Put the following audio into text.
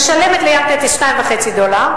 משלמת ל"ים תטיס" 2.5 דולר,